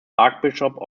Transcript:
archbishop